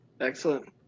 Excellent